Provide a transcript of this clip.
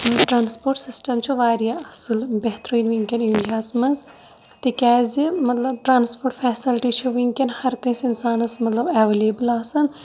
transport system چھُ واریاہ اصل بہتریٖن وٕنکٮ۪ن اِنڈیاہَس مَنٛز تکیازِ مَطلَب ٹرانِسپوٹ فیسَلٹی چھِ وٕنکٮ۪ن ہَر کٲنٛسہِ اِنسانَس ایویلیبٕل آسان